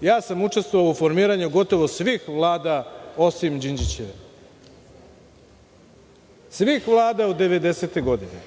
ja sam učestvovao u formiranju gotovo svih vlada, osim Đinđićeve. Svih vlada od 1990. godine.